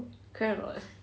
correct or not